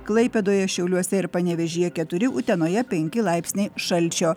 klaipėdoje šiauliuose ir panevėžyje keturi utenoje penki laipsniai šalčio